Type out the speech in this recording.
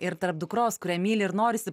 ir tarp dukros kurią myli ir norisi